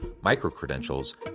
micro-credentials